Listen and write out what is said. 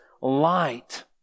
light